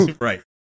Right